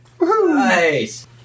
Nice